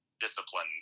discipline